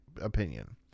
opinion